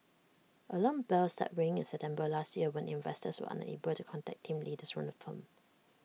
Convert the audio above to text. alarm bells started ringing in September last year when investors were unable to contact team leaders from the firm